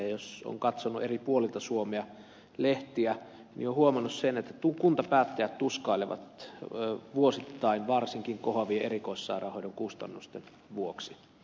jos on katsonut eri puolilta suomea lehtiä on huomannut sen että kuntapäättäjät tuskailevat vuosittain varsinkin kohoavien erikoissairaanhoidon kustannusten vuoksi